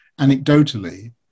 anecdotally